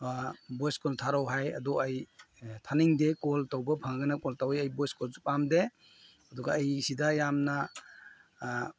voice call ꯊꯥꯔꯛꯎ ꯍꯥꯏ ꯑꯗꯣ ꯑꯩ ꯊꯥꯅꯤꯡꯗꯦ ꯀꯣꯜ ꯇꯧꯕ ꯐꯪꯂꯒꯅ ꯀꯣꯜ ꯇꯧꯏ ꯑꯩ ꯚꯣꯏꯁ ꯀꯣꯜꯁꯨ ꯄꯥꯝꯗꯦ ꯑꯗꯨꯒ ꯑꯩ ꯁꯤꯗ ꯌꯥꯝꯅ